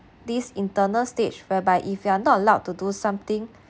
these internal stage whereby if you are not allowed to do something